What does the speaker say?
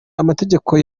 amategeko